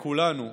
כולנו,